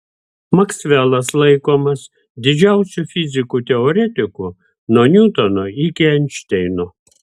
maksvelas laikomas didžiausiu fiziku teoretiku nuo niutono iki einšteino